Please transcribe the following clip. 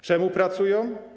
Czemu pracują?